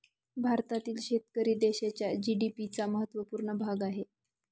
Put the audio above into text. भारतातील शेतकरी देशाच्या जी.डी.पी चा महत्वपूर्ण भाग आहे